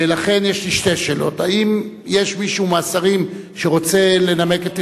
ולכן יש לי שתי שאלות: האם יש מישהו מהשרים שרוצה לנמק את הסתייגותו?